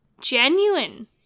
genuine